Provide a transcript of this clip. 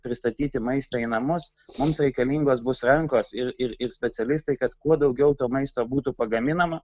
pristatyti maistą į namus mums reikalingos bus rankos ir ir ir specialistai kad kuo daugiau to maisto būtų pagaminama